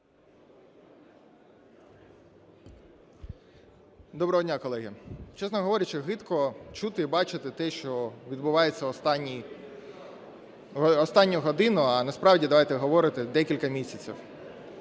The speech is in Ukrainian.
Доброго дня, колеги. Чесно говорячи, гидко чути і бачити те, що відбувається останню годину, а насправді, давайте говорити, декілька місяців.